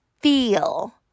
feel